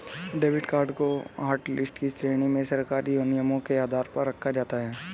debit card को hotlist की श्रेणी में सरकारी नियमों के आधार पर रखा जाता है